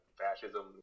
fascism